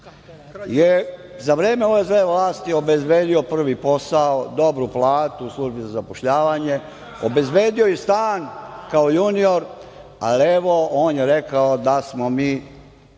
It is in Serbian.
za vreme ove zle vlasti obezbedio prvi posao, dobru platu u Službi za zapošljavanje, obezbedio i stan kao junior, a evo on je rekao da smo mi